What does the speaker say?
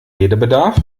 redebedarf